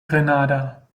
grenada